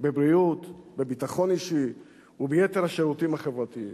בבריאות, בביטחון אישי וביתר השירותים החברתיים.